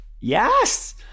yes